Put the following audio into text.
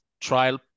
trial